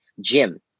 gym